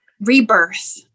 Rebirth